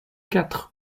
quatre